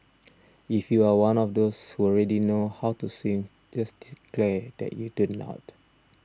if you are one of those who already know how to swim just declare that you do not